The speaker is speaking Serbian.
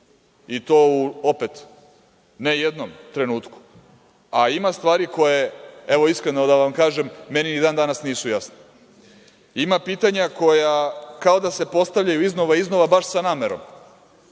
i to opet ne u jednom trenutku, a ima stvari koje, evo iskreno da vam kažem, meni ni dan danas nisu jasne. Ima pitanja koja kao da se postavljaju iznova, iznova baš sa namerom